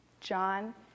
John